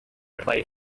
play